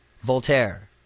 Voltaire